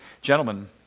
Gentlemen